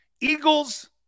Eagles